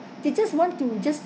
they just want to just